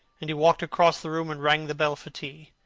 and he walked across the room and rang the bell for tea.